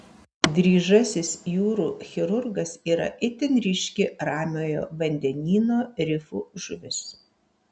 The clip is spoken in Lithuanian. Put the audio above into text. dryžasis jūrų chirurgas yra itin ryški ramiojo vandenyno rifų žuvis